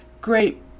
great